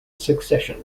secession